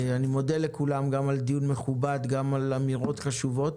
אני מודה לכולם על דיון מכובד ועל אמירות חשובות.